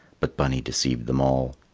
but bunny deceived them all.